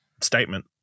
statement